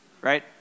Right